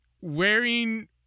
wearing